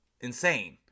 insane